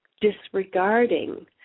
disregarding